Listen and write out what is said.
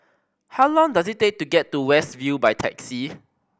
how long does it take to get to West View by taxi